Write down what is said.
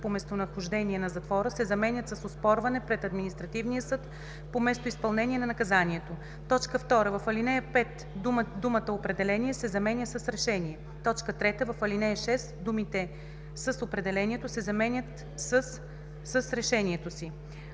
по местонахождението на затвора“ се заменят с „оспорване пред административния съд по местоизпълнение на наказанието“. 2. В ал. 5 думата „определение“ се заменя с „решение“. 3. В ал. 6 думите „С определението“ се заменят със „С решението си“.